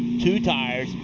two tires.